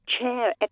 chair